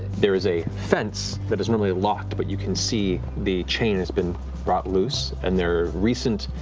there is a fence that is normally locked, but you can see the chain has been brought loose and there are recent